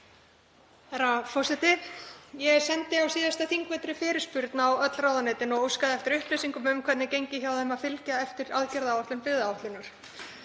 Herra forseti. Ég sendi á síðasta þingvetri fyrirspurn á öll ráðuneytin og óskaði eftir upplýsingum um hvernig gengi hjá þeim að fylgja eftir aðgerðaáætlun byggðaáætlunar.